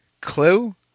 Clue